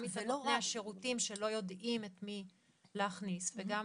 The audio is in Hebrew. גם נותני השירותים שלא יודעים את מי להכניס וגם